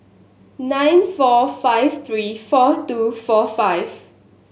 nine four five three four two four five